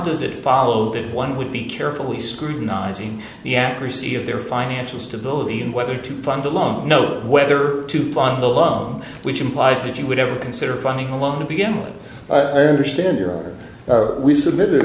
does it follow that one would be carefully scrutinizing the accuracy of their financial stability in whether to fund a loan know whether to plan the loan which implies that you would ever consider finding a loan to begin with understand your we submitted